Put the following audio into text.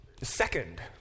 second